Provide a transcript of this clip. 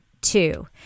two